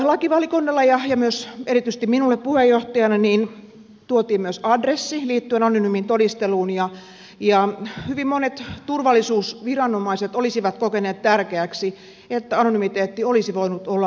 lakivaliokunnalle ja myös erityisesti minulle puheenjohtajana tuotiin myös adressi liittyen anonyymiin todisteluun ja hyvin monet turvallisuusviranomaiset olisivat kokeneet tärkeäksi että anonymiteetti olisi voinut olla laajempikin